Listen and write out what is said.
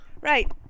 right